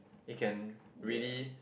it can really